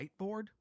whiteboard